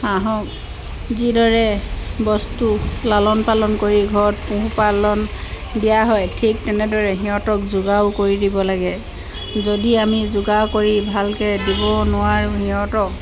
হাঁহক যিদৰে বস্তু লালন পালন কৰি ঘৰত পোহপালন দিয়া হয় ঠিক তেনেদৰে সিহঁতক যোগাৰো কৰি দিব লাগে যদি আমি যোগাৰ কৰি ভালকৈ দিব নোৱাৰো সিহঁতক